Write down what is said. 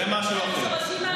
זה משהו אחר.